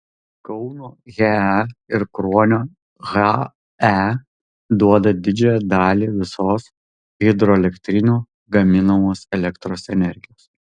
kauno he ir kruonio hae duoda didžiąją dalį visos hidroelektrinių gaminamos elektros energijos